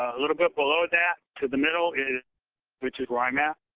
a little bit below that to the middle is which is where i'm at.